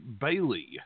Bailey